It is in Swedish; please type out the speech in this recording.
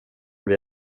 vid